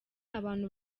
abantu